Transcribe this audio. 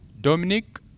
Dominic